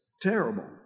terrible